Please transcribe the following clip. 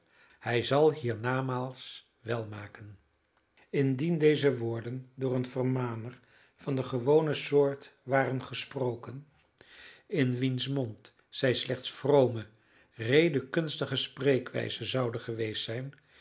hij zal hier namaals wèl maken indien deze woorden door een vermaner van de gewone soort waren gesproken in wiens mond zij slechts vrome redekunstige spreekwijzen zouden geweest zijn